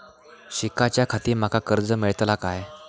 शिकाच्याखाती माका कर्ज मेलतळा काय?